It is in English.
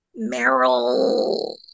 Meryl